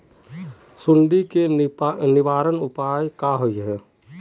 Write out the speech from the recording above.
सुंडी के निवारण उपाय का होए?